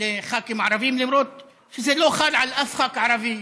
לח"כים ערבים, למרות שזה לא חל על אף ח"כ ערבי,